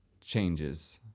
changes